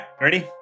ready